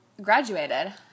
graduated